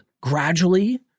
gradually